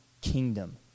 kingdom